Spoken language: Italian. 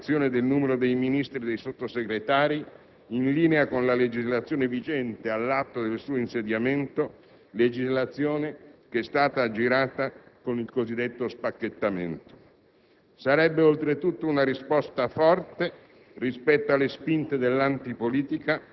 per procedere prontamente ad un riassetto organizzativo che conduca alla limitazione del numero dei Ministri e dei Sottosegretari, in linea con la legislazione vigente all'atto del suo insediamento, che è stata aggirata con il cosiddetto spacchettamento.